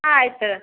ಆಯಿತು